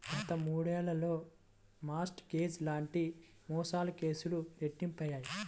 గత మూడేళ్లలో mortgage లాంటి మోసాల కేసులు రెట్టింపయ్యాయి